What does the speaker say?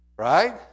Right